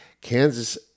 Kansas